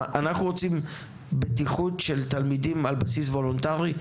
אנחנו רוצים בטיחות של תלמידים על בסיס וולונטרי?